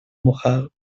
mojado